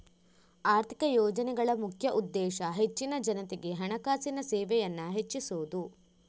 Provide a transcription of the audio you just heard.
ಆರ್ಥಿಕ ಯೋಜನೆಗಳ ಮುಖ್ಯ ಉದ್ದೇಶ ಹೆಚ್ಚಿನ ಜನತೆಗೆ ಹಣಕಾಸಿನ ಸೇವೆಯನ್ನ ಹೆಚ್ಚಿಸುದು